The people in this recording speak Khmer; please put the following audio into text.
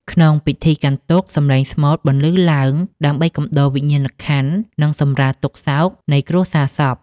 ក្នុងពិធីកាន់ទុក្ខ សំឡេងស្មូតបន្លឺឡើងដើម្បីកំដរវិញ្ញាណក្ខន្ធ និងសម្រាលទុក្ខសោកនៃគ្រួសារសព។